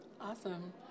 Awesome